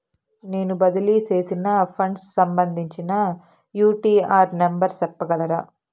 నేను బదిలీ సేసిన ఫండ్స్ సంబంధించిన యూ.టీ.ఆర్ నెంబర్ సెప్పగలరా